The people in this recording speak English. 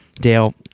Dale